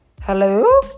hello